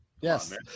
Yes